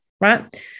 right